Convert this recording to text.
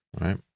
right